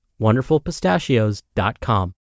wonderfulpistachios.com